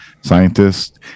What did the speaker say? scientists